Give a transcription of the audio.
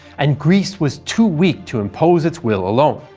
and greece was too weak to impose its will alone.